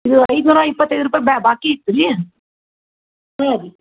ಇದು ಐದು ನೂರ ಇಪ್ಪತ್ತೈದು ರೂಪಾಯಿ ಬ್ಯಾ ಬಾಕಿ ಇತ್ರೀ ಸರಿ